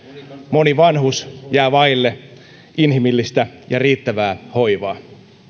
moni vanhus jää vaille inhimillistä ja riittävää hoivaa